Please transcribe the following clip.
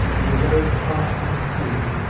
in the very heart of the sea,